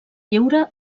lleure